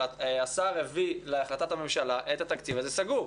אבל השר הביא להחלטת הממשלה את התקציב הזה סגור.